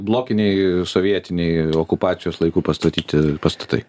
blokiniai sovietiniai okupacijos laikų pastatyti pastatai